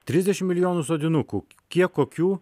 trisdešimt milijonų sodinukų kiek kokių